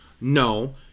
no